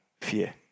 fear